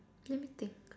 let me think